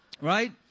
Right